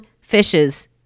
fishes